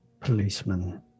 policeman